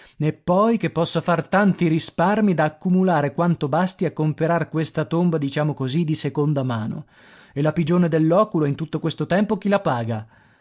e poi che possa far tanti risparmi da accumulare quanto basti a comperar questa tomba diciamo così di seconda mano e la pigione del loculo in tutto questo tempo chi la paga